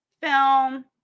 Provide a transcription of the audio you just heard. film